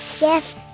Yes